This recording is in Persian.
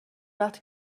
وقتی